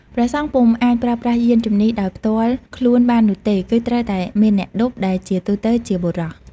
ព្រះសង្ឃពុំអាចប្រើប្រាស់យានជំនិះដោយផ្ទាល់ខ្លួនបាននោះទេ គឺត្រូវតែមានអ្នកឌុប ដែលជាទូទៅជាបុរស។